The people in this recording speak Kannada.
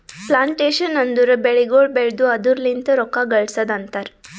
ಪ್ಲಾಂಟೇಶನ್ ಅಂದುರ್ ಬೆಳಿಗೊಳ್ ಬೆಳ್ದು ಅದುರ್ ಲಿಂತ್ ರೊಕ್ಕ ಗಳಸದ್ ಅಂತರ್